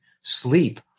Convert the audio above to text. sleep